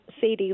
Sadie